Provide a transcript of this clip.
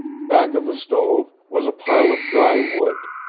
back of the stove was a pile of dry wood,